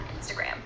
Instagram